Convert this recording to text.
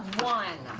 one.